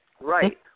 Right